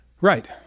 Right